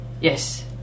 Yes